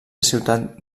ciutat